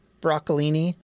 broccolini